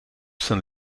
zijn